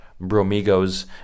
bromigos